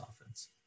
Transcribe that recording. offense